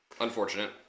Unfortunate